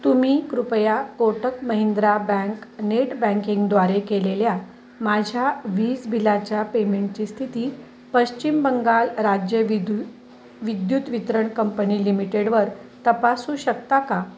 तुम्ही कृपया Kotak Mahindra bank net बँकिंगद्वारे केलेल्या माझ्या वीज बिलाच्या पेमेंटची स्थिती पश्चिम बंगाल राज्य विद्यु विद्युत वितरण कंपनी लिमिटेडवर तपासू शकता का